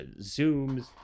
zooms